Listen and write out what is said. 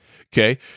Okay